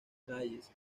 calles